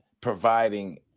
providing